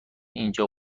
اینجا